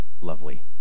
lovely